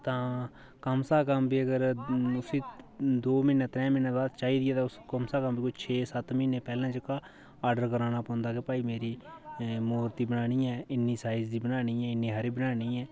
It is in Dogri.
तां कम से कम बी अगर उसी दो म्हीनें त्रै म्हीनें बाद चाहि्दी ऐ उसी कम से कम छेह् सत्त म्हीनें पैह्लें जेह्का ऑडर कराना पौंदा कि पाई इन्नी तरीक मूरती बनानी ऐ इन्नी साईज दी बनानी ऐ इन्नी हारी बनानी ऐ